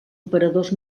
operadors